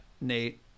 Nate